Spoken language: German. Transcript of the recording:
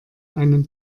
einen